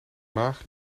maag